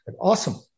awesome